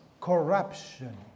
corruption